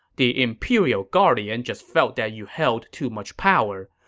the imperial guardian just felt that you held too much power.